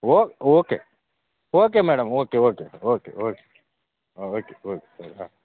ಓ okay okay madam okay okay okay okay ಹಾಂ okay okay ಸರಿ ಹಾಂ